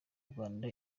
rwanda